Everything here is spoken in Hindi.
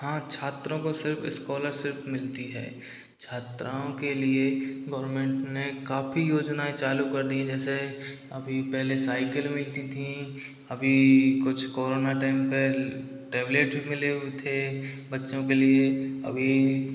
हाँ छात्रों को सिर्फ स्कॉलरशिप मिलती है छात्राओं के लिए गवर्मेंट ने काफी योजनाएँ चालू कर दी हैं जैसे अभी पहले साइकिल मिलती थी अभी कुछ कोरोना टाइम पर टैबलेट मिले हुये थे बच्चों के लिए अभी